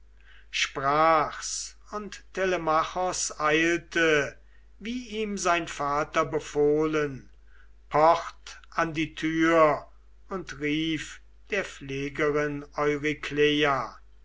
sprach's und telemachos eilte wie ihm sein vater befohlen pocht an die tür und rief der pflegerin